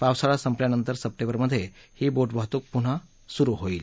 पावसाळा संपल्यानंतर सप्टेंबरमध्ये ही बोट वाहतूक पुन्हा सुरू होईल